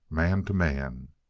man to man.